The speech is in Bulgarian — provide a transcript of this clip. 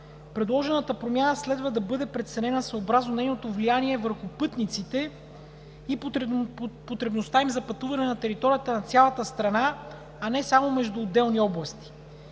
предложената промяна следва да бъде преценена съобразно нейното влияние върху пътниците и потребността им за пътуване на територията на цялата страна, а не само между отделни области.